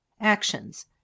actions